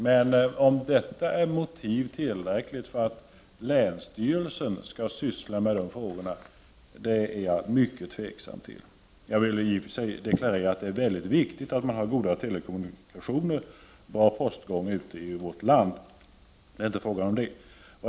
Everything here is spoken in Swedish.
Men om det är tillräckligt motiv för att länsstyrelsen skall handlägga de frågorna är jag mycket tveksam till. Jag vill i och för sig deklarera att det är viktigt att man har goda telekommunikationer och bra postgång ute i vårt land — det är inte fråga om det.